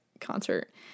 concert